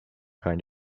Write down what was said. kind